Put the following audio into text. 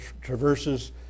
traverses